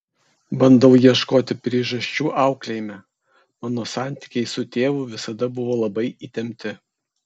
bandau ieškoti priežasčių auklėjime mano santykiai su tėvu visada buvo labai įtempti